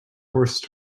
horse